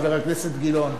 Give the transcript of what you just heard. חבר הכנסת גילאון.